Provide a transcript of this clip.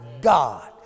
God